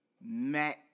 Matt